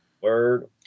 Word